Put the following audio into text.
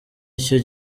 icyo